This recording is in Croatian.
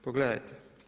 Pogledajte.